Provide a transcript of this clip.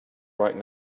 right